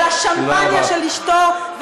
על השמפניה של אשתו,